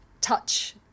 touch